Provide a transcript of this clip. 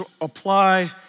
apply